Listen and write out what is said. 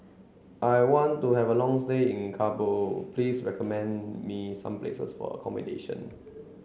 I want to have a long stay in Kabul please recommend me some places for accommodation